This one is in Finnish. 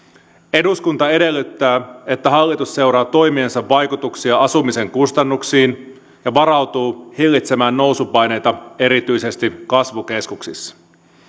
eduskunta edellyttää että hallitus seuraa toimiensa vaikutuksia asumisen kustannuksiin ja varautuu hillitsemään nousupaineita erityisesti kasvukeskuksissa